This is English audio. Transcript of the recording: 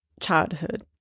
childhood